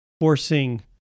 forcing